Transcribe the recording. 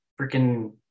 freaking